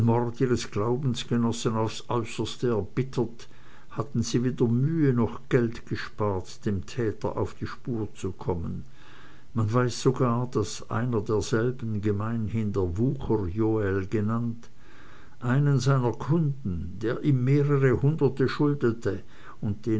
glaubensgenossen aufs äußerste erbittert hatten sie weder mühe noch geld gespart dem täter auf die spur zu kommen man weiß sogar daß einer derselben gemeinhin der wucherjoel genannt einem seiner kunden der ihm mehrere hunderte schuldete und